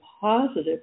positive